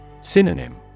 Synonym